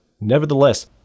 Nevertheless